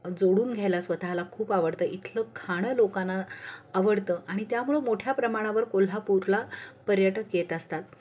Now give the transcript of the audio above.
जोडून घ्यायला स्वतःला खूप आवडतं इथलं खाणं लोकांना आवडतं आणि त्यामुळं मोठ्या प्रमाणावर कोल्हापूरला पर्यटक येत असतात